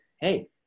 hey